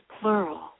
plural